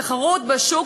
תחרות בשוק,